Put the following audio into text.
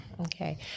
Okay